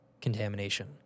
contamination